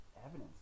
evidence